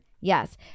Yes